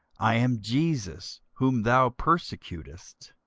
i am jesus whom thou persecutest.